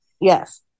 Yes